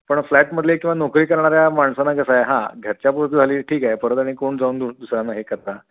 पण फ्लॅटमधले किंवा नोकरी करणाऱ्या माणसांना कसं आहे हां घरच्यापुरती झाली ठीक आहे परत आणि कोण जाऊन द दुसऱ्यांना हे करता